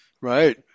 right